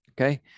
Okay